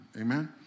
amen